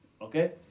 Okay